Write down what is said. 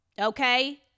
okay